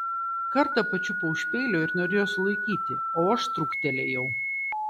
kartą pačiupo už peilio ir norėjo sulaikyti o aš truktelėjau